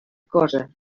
cosa